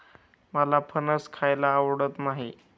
मला फणस खायला आवडत नाही